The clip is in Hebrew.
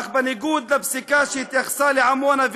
אך בניגוד לפסיקה שהתייחסה לעמונה,